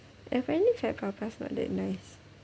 apparently fat papas not that nice